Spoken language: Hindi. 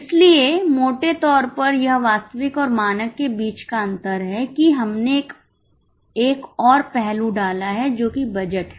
इसलिए मोटे तौर पर यह वास्तविक और मानक के बीच का अंतर है कि हमने एक और पहलू डाला है जो कि बजट है